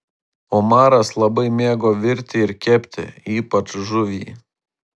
omaras labai mėgo virti ir kepti ypač žuvį